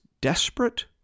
desperate